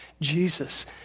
Jesus